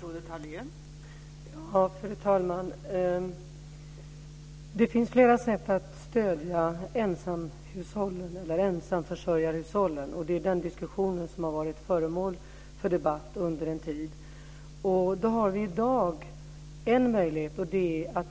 Fru talman! Det finns flera sätt att stödja ensamförsörjarhushållen, och det är den diskussionen som har varit föremål för debatt under en tid. Då har vi i dag en möjlighet, och det är att